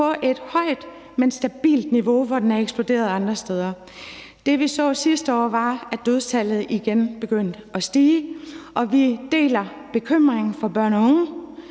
på et højt, men stabilt niveau – hvor den er eksploderet andre steder. Det, vi så sidste år, var, at dødstallet igen begyndte at stige, og vi deler bekymringen i øjeblikket